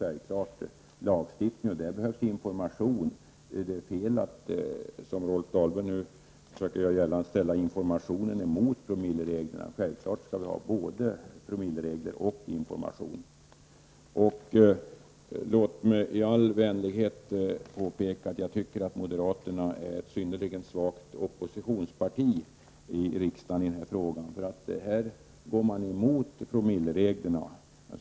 Det behövs lagstiftning och information. Det är fel att, som Rolf Dahlberg gör, försöka ställa informationen emot promillereglerna. Självfallet skall vi ha både promilleregler och information. Låt mig i all vänlighet få påpeka att moderaterna är ett synnerligen svagt oppositionsparti här i riksdagen. Nu går de emot förslaget om promilleregler.